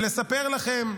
ולספר לכם,